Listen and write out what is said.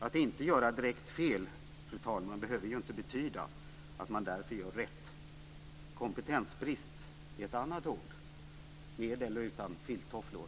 Att inte göra direkt fel, fru talman, behöver ju inte betyda att man därför gör rätt. Kompetensbrist är ett annat ord, med eller utan filttofflor.